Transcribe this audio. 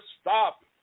stop